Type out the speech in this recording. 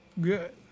Good